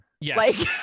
Yes